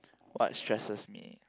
what stresses me